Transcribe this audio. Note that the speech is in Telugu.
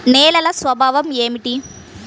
నేలల స్వభావం ఏమిటీ?